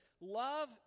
Love